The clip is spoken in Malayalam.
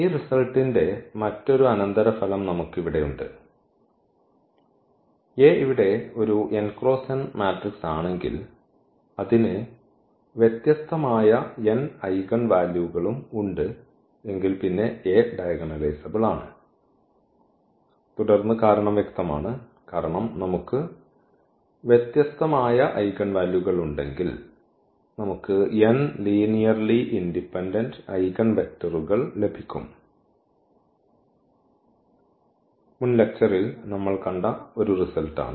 ഈ റിസൾട്ട്ന്റെ മറ്റൊരു അനന്തരഫലം നമുക്ക് ഇവിടെ ഉണ്ട് A ഇവിടെ ഒരു മാട്രിക്സ് ആണെങ്കിൽ അതിന് വ്യത്യസ്തമായ n ഐഗൻ വാല്യൂകളും ഉണ്ട് എങ്കിൽ പിന്നെ A ഡയഗണലൈസബ്ൾ ആണ് തുടർന്ന് കാരണം വ്യക്തമാണ് കാരണം നമുക്ക് വ്യത്യസ്തമായ ഐഗൻ വാല്യൂകൾ ഉണ്ടെങ്കിൽ നമുക്ക് n ലീനിയർലി ഇൻഡിപെൻഡന്റ് ഐഗൻ വെക്ടറുകൾ ലഭിക്കും മുൻ ലെക്ച്ചറിൽ നമ്മൾ കണ്ട ഒരു റിസൾട്ട് ആണ്